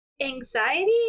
anxiety